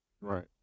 Right